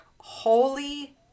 holy